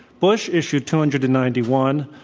bush issued two hundred and ninety one.